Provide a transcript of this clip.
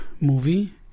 movie